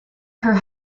her